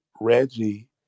Reggie